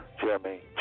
Jeremy